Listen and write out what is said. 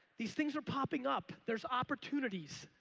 these things are popping up. there's opportunities.